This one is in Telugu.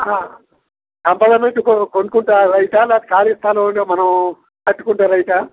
అపార్ట్మెంట్ కొ కొనుక్కుంటే రైటా లే ఖాళీ స్థలం మనం కట్టుకుంటే రైటా